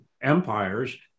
empires